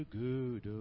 good